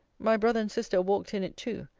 my brother and sister walked in it too,